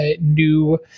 new